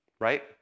right